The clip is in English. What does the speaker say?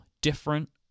different